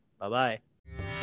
bye-bye